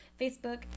Facebook